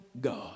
God